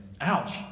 Ouch